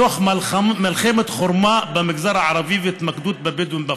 תוך מלחמת חורמה במגזר הערבי והתמקדות בבדואים בפרט.